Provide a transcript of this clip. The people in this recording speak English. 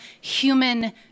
human